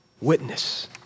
witness